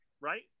right